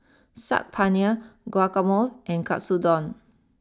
Saag Paneer Guacamole and Katsudon